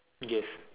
gift